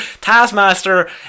Taskmaster